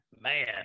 Man